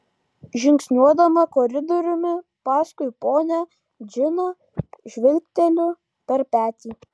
žingsniuodama koridoriumi paskui ponią džiną žvilgteliu per petį